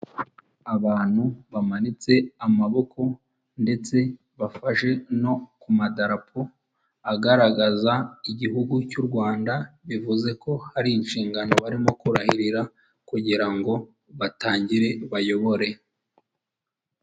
Abantu bamanitse amaboko ndetse bafashe no ku madarapo agaragaza Igihugu cy'u Rwanda bivuze ko hari inshingano barimo kurahirira kugira ngo batangire bayobore.